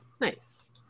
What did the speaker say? Nice